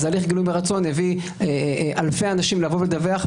אז הליך גילוי מרצון הביא אלפי אנשים לבוא ולדווח,